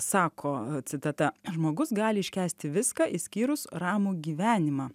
sako citata žmogus gali iškęsti viską išskyrus ramų gyvenimą